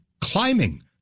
climbing